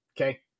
Okay